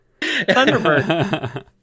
Thunderbird